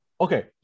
Okay